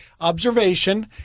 observation